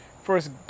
first